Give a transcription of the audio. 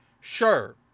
sure